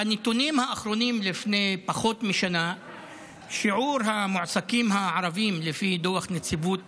בנתונים האחרונים לפני פחות משנה שיעור המועסקים הערבים לפי דוח נציבות